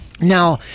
Now